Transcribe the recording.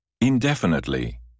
Indefinitely